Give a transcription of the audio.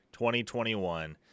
2021